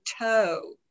toe